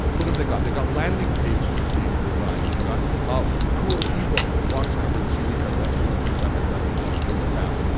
what have they got they've got landing pages being designed. they've got ah cool ebook or box cover and cd cover. that's one of the things i had done once in the past.